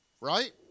Right